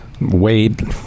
Wade